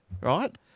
right